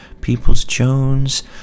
Peoples-Jones